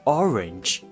orange